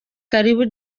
karibu